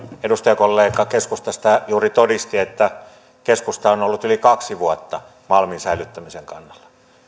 edustajakollega keskustasta juuri todisti että keskusta on ollut yli kaksi vuotta malmin säilyttämisen kannalla